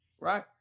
right